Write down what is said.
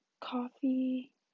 coffee